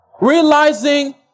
realizing